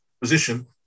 position